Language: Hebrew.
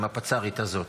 עם הפצ"רית הזו,